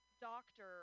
doctor